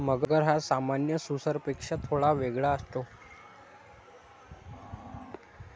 मगर हा सामान्य सुसरपेक्षा थोडा वेगळा असतो